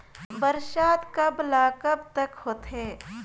बरसात कब ल कब तक होथे?